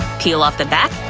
peel off the back,